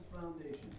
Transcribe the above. foundation